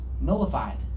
Nullified